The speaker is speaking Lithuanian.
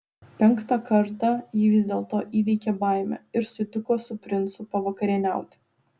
penktą kartą ji vis dėlto įveikė baimę ir sutiko su princu pavakarieniauti